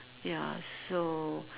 ya so